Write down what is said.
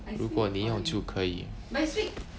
如果你要就可以